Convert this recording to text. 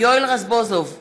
יואל רזבוזוב,